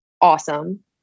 awesome